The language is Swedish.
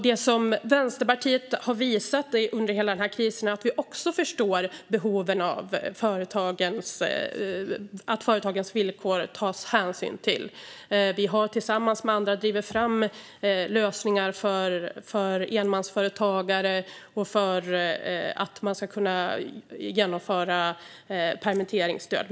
Det som Vänsterpartiet har visat under hela den här krisen är att vi också förstår behovet av att det tas hänsyn till företagens villkor. Vi har tillsammans med andra drivit fram lösningar för enmansföretagare och för att man ska kunna genomföra permitteringsstöd.